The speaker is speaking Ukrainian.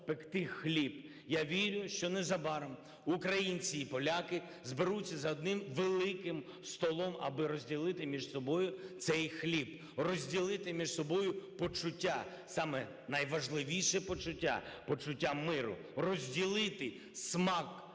пекти хліб. Я вірю, що незабаром українці і поляки зберуться за одним великим столом, аби розділити між собою цей хліб, розділити між собою почуття, саме найважливіше почуття, почуття миру, розділити смак